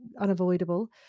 unavoidable